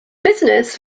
business